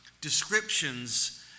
descriptions